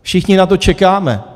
Všichni na to čekáme.